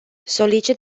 solicit